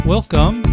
Welcome